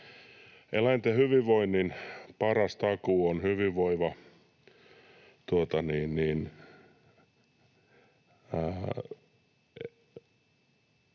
Eläinten hyvinvoinnin paras takuu on hyvinvoiva